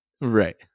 right